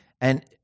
And-